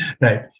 Right